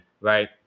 right